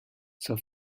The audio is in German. zur